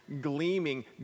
gleaming